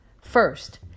First